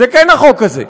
זה לא הבנקים.